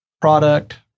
product